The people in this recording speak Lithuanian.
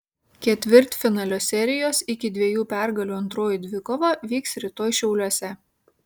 ketvirtfinalio serijos iki dviejų pergalių antroji dvikova vyks rytoj šiauliuose